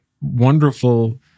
wonderful